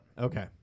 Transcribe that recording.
Okay